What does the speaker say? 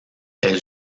elle